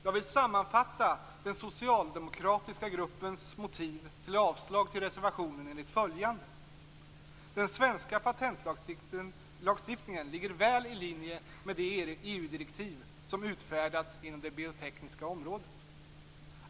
Jag vill sammanfatta den socialdemokratiska gruppens motiv till avslag på reservationen enligt följande: Den svenska patentlagstiftningen ligger väl i linje med det EU-direktiv som utfärdats inom det biotekniska området.